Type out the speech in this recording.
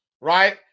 right